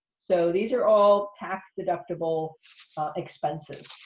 so, these are all tax-deductible expenses.